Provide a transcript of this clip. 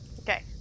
Okay